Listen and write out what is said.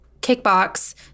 Kickbox